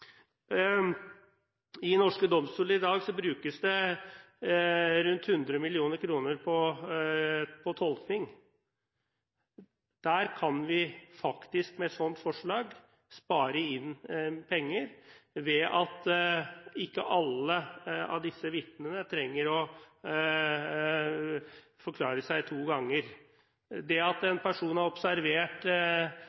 I norske domstoler i dag brukes det rundt 100 mill. kr på tolkning. Der kan vi faktisk, med et sånt forslag, spare inn penger ved at ikke alle av disse vitnene trenger å forklare seg to ganger. Det at